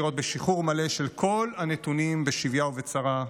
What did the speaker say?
לראות בשחרור מלא של כל הנתונים בשביה ובצרה,